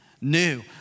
new